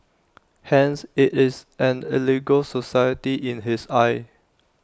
hence IT is an illegal society in his eyes